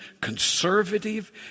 conservative